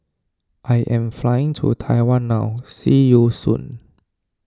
I am flying to Taiwan now see you soon